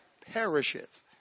perisheth